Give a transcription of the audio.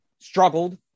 struggled